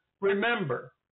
remember